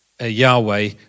Yahweh